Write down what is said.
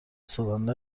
سازنده